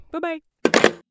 Bye-bye